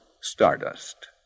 Stardust